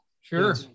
Sure